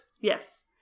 Yes